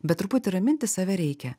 bet truputį raminti save reikia